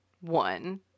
one